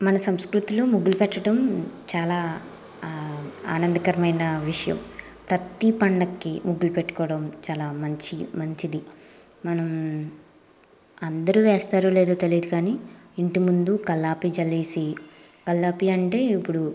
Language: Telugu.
మన సంస్కృతిలో ముగ్గులు పెట్టడం చాలా ఆనందకరమైన విషయం ప్రతి పండక్కి ముగ్గులు పెట్టుకోవడం చాలా మంచి మంచిది మనం అందరూ వేస్తారో లేదో తెలియదు కానీ ఇంటిముందు కల్లాపి చలేసి కల్లాపి అంటే ఇప్పుడు